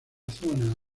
zona